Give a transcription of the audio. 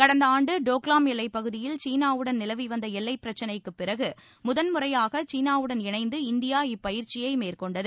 கடந்த ஆண்டு டோக்லாம் எல்லைப்பகுதியில் சீனாவுடன் நிலவி வந்த எல்லைப் பிரச்சினைக்குப் பிறகு முதன்முறையாக சீனாவுடன் இணைந்து இந்தியா இப்பயிற்சியை மேற்கொண்டது